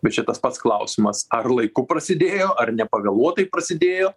bet čia tas pats klausimas ar laiku prasidėjo ar nepavėluotai prasidėjo